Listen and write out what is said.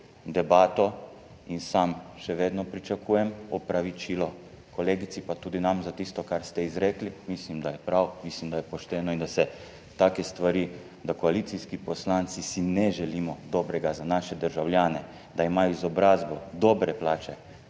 debato in sam še vedno pričakujem opravičilo kolegici, pa tudi nam, za tisto, kar ste izrekli. Mislim, da je prav, mislim, da je pošteno, da se take stvari, da si koalicijski poslanci ne želimo dobrega za naše državljane, da imajo izobrazbo, dobre plače,